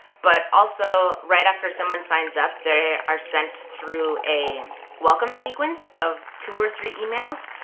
but also, right after someone signs up, they are sent through a welcome sequence of two or three emails,